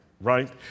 right